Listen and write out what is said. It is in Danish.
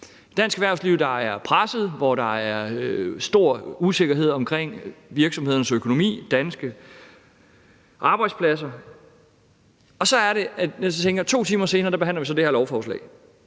dansk erhvervsliv, der er presset, og hvor der er stor usikkerhed om virksomhedernes økonomi og danske arbejdspladser. Og så er det, jeg tænker, at vi 2 timer senere behandler det her lovforslag,